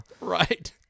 Right